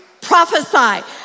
prophesy